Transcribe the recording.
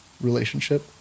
relationship